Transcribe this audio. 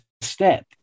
step